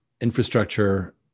infrastructure